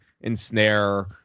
ensnare